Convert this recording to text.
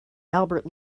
albert